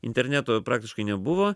interneto praktiškai nebuvo